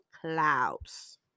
clouds